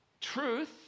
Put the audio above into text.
Truth